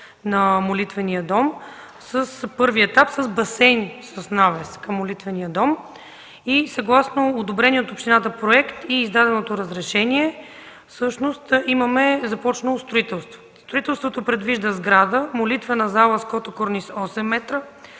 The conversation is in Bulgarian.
на молитвения дом, първи етап – с басейн, с навес. Съгласно одобрения от общината проект и издаденото разрешение всъщност имаме започнало строителство. Строителството предвижда сграда, молитвена зала с кота корниз – 8 м,